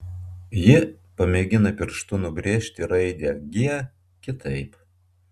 ji pamėgina pirštu nubrėžti raidę g kitaip